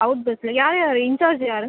out பஸ்சில் யார் யார் இன்சார்ஜ்ஜு யார்